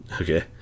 okay